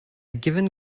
given